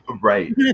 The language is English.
Right